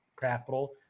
capital